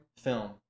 film